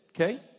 Okay